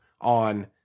on